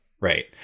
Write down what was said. Right